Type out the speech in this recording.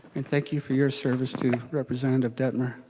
and thank you for your service too representative dettmer.